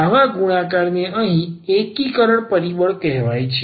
આવા ગુણાકાર ને અહીં એકીકરણ પરિબળ કહેવામાં આવે છે